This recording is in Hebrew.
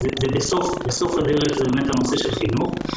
ובסוף הדרך זה באמת הנושא של חינוך.